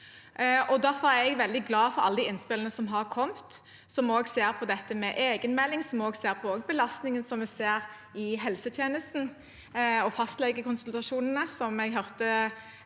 Derfor er jeg veldig glad for alle innspillene som har kommet, som også går på dette med egenmelding og belastningen på helsetjenesten og fastlegekonsultasjon ene, som jeg hørte